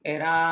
Era